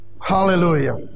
hallelujah